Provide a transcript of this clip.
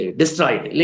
destroyed